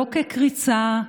לא כקריצה,